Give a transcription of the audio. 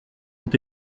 ont